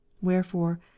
Wherefore